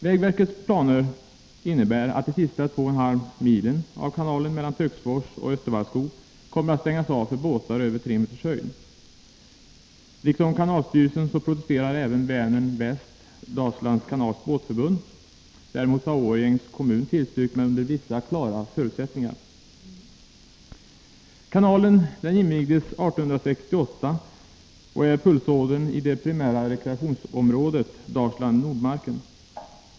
Vägverkets planer innebär att de sista två och en halv milen av kanalen mellan Töcksfors och Östervallskog kommer att stängas av för båtar med en höjd på mer än 3 meter. Liksom kanalstyrelsen protesterar även Vänern Väst Dalslands Kanals båtförbund. Däremot har Årjängs kommun tillstyrkt, men under vissa klara förutsättningar. Kanalen som invigdes 1868 är pulsådern i det primära rekreationsområdet Dalsland-Nordmarken.